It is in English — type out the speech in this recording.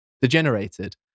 degenerated